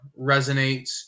resonates